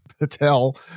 Patel